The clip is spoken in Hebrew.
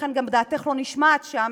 ולכן גם דעתך לא נשמעת שם,